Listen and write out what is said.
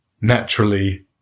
naturally